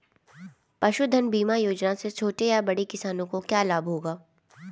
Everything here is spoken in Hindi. पशुधन बीमा योजना से छोटे या बड़े किसानों को क्या लाभ होगा?